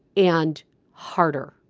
and harder.